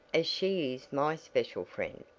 as she is my special friend.